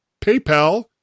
PayPal